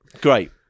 Great